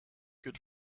good